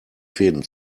fäden